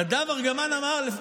נדב ארגמן אמר.